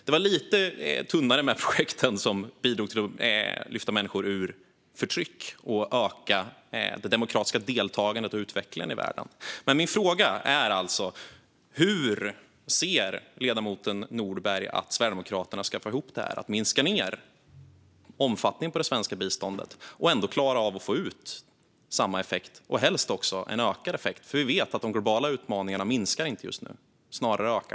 Det var lite tunnare med projekt som bidrar till att lyfta människor ur förtryck och öka det demokratiska deltagandet och den demokratiska utvecklingen i världen. Men min fråga är alltså: Hur ser ledamoten Nordberg att Sverigedemokraterna ska få ihop detta - att minska omfattningen på det svenska biståndet och ändå klara av att få ut samma och helst också en ökad effekt? Vi vet ju att de globala utmaningarna inte minskar just nu utan snarare ökar.